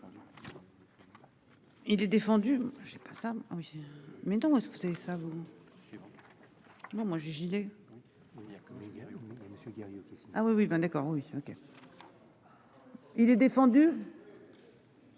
Il est défendu.